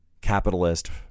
capitalist